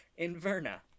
Inverna